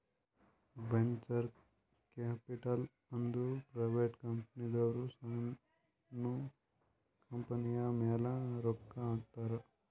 venture capital ಅಂದುರ್ private ಕಂಪನಿದವ್ರು ಸಣ್ಣು ಕಂಪನಿಯ ಮ್ಯಾಲ ರೊಕ್ಕಾ ಹಾಕ್ತಾರ್